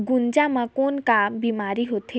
गुनजा मा कौन का बीमारी होथे?